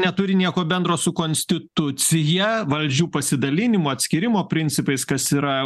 neturi nieko bendro su konstitucija valdžių pasidalinimo atskyrimo principais kas yra